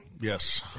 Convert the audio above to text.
Yes